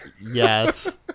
Yes